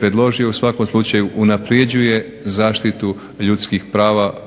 predložio u svakom slučaju unapređuje zaštitu ljudskih prava i daje